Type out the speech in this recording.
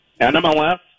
NMLS